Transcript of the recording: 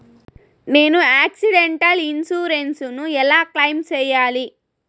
నేను accidental insurance ను ఎలా క్లెయిమ్ సేయాలి?